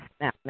now